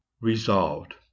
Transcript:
Resolved